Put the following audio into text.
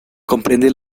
comprende